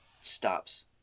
stops